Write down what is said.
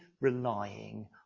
relying